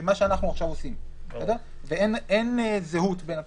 מה שאנחנו עכשיו עושים ואין זהות בין התוספות.